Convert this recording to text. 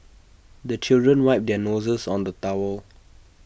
the children wipe their noses on the towel